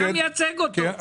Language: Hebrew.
אתה מייצג אותו.